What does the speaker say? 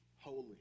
Holy